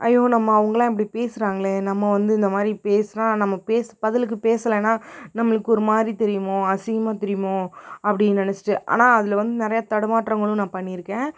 ஐயோ நம்ம அவங்களா இப்படி பேசறாங்ளே நம்ம வந்து இந்த மாதிரி பேசினா நம்ம பேசு பதிலுக்கு பேசலனா நம்மளுக்கு ஒரு மாதிரி தெரியுமோ அசிங்கமாக தெரியுமோ அப்படின் நினச்சிட்டு ஆனால் அதில் வந் நிறையா தடுமாற்றங்களும் நான் பண்ணியிருக்கேன்